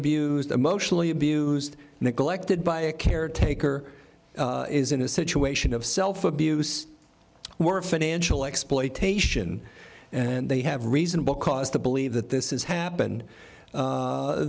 abused emotionally abused neglected by a caretaker is in a situation of self abuse or financial exploitation and they have reasonable cause to believe that this is happened